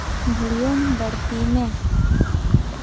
ᱵᱷᱳᱞᱤᱭᱚᱢ ᱵᱟᱹᱲᱛᱤᱭ ᱢᱮ